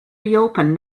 reopen